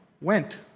went